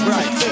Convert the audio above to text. Right